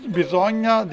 bisogna